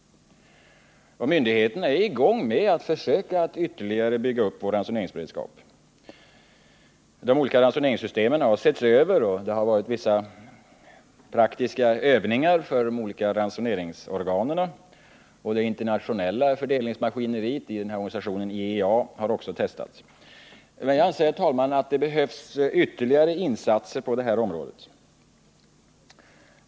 Myndigheterna är i gång med att ytterligare bygga upp vår ransoneringsberedskap. De olika ransoneringssystemen har setts över, och vissa praktiska övningar har genomförts för de olika ransoneringsorganen. Det internationella fördelningsmaskineriet inom IEA har också testats. Jag anser ändå, herr talman, att det behövs ytterligare insatser på det här området.